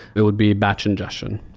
it would be batch ingestion.